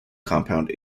compound